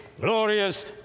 glorious